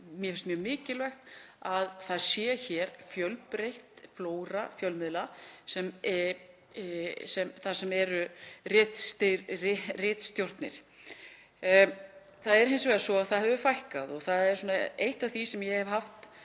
mjög mikilvægt að hér sé fjölbreytt flóra fjölmiðla þar sem eru ritstjórnir. Það er hins vegar svo að þeim hefur fækkað og það er eitt af því sem ég hef haft